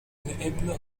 neebla